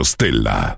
Stella